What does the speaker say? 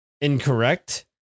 Incorrect